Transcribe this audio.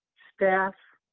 staff,